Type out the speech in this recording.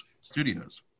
Studios